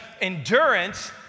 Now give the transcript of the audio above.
endurance